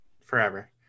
forever